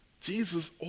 Jesus